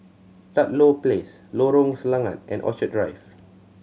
Ludlow Place Lorong Selangat and Orchid Drive